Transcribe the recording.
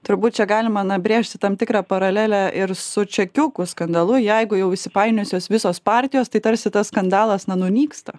turbūt čia galima na brėžti tam tikrą paralelę ir su čekiukų skandalu jeigu jau įsipainiojusios visos partijos tai tarsi tas skandalas na nunyksta